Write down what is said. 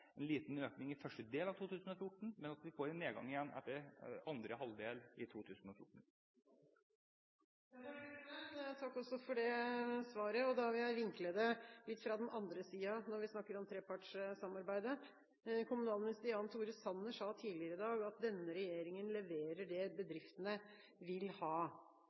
en liten økning i første del av 2014, men vi får en nedgang igjen etter andre halvdel av 2014. Takk også for det svaret. Da vil jeg vinkle det litt fra den andre sida når vi snakker om trepartssamarbeidet. Kommunalminister Jan Tore Sanner sa tidligere i dag at denne regjeringa leverer det bedriftene vil ha.